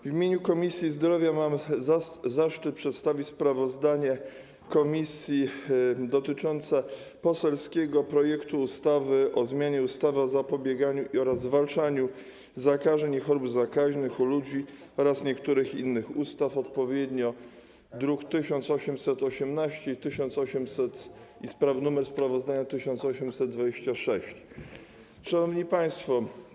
W imieniu Komisji Zdrowia mam zaszczyt przedstawić sprawozdanie komisji dotyczące poselskiego projektu ustawy o zmianie ustawy o zapobieganiu oraz zwalczaniu zakażeń i chorób zakaźnych u ludzi oraz niektórych innych ustaw, odpowiednio druk nr 1818 i sprawozdanie - druk nr 1826. Szanowni Państwo!